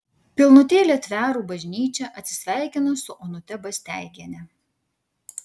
pilnutėlė tverų bažnyčia atsisveikino su onute barsteigiene